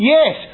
Yes